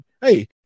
hey